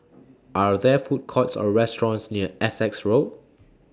Are There Food Courts Or restaurants near Essex Road